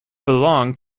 belonged